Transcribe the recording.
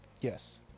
Yes